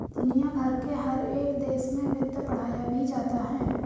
दुनिया भर के हर एक देश में वित्त पढ़ाया भी जाता है